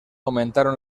aumentaron